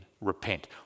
Repent